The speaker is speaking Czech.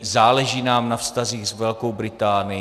Záleží nám na vztazích s Velkou Británií.